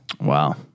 Wow